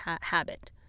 habit